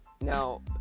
Now